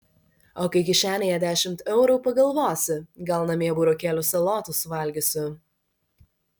o kai kišenėje dešimt eurų pagalvosi gal namie burokėlių salotų suvalgysiu